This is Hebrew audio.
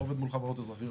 לא עובד מול חברות אזרחיות.